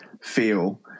feel